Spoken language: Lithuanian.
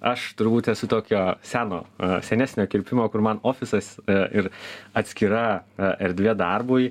aš turbūt esu tokio seno senesnio kirpimo kur man ofisas ir atskira erdvė darbui